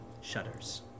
shudders